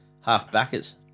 half-backers